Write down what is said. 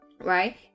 Right